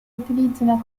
utilizzano